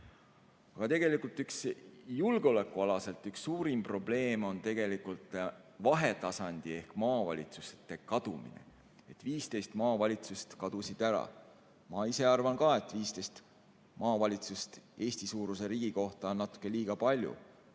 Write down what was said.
Aga julgeolekualaselt on üks suurim probleem vahetasandi ehk maavalitsuste kadumine, 15 maavalitsust kadusid ära. Ma ise arvan ka, et 15 maavalitsust Eesti-suuruse riigi kohta on natuke liiga palju,